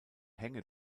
hänge